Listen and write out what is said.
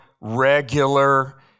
regular